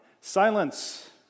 silence